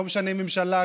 ולא משנה ממשלה,